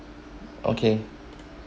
okay